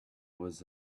was